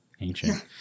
ancient